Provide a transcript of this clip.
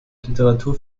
literatur